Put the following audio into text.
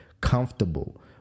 comfortable